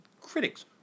critics